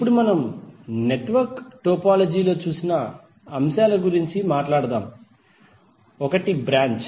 ఇప్పుడు మనం network topology లో చూసిన అంశాల గురించి మాట్లాడుదాం ఒకటి బ్రాంచ్